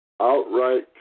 outright